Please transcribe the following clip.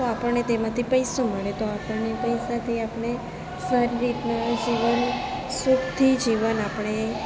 તો આપણને તેમાંથી પૈસો મળે આપણને પૈસાથી આપને સારી રીતના જીવન સુખથી જીવન આપણે